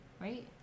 Right